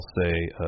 say